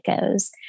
goes